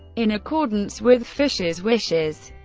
in accordance with fischer's wishes,